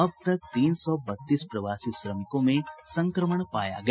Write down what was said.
अब तक तीन सौ बत्तीस प्रवासी श्रमिकों में संक्रमण पाया गया